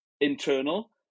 internal